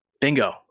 bingo